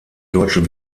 deutschen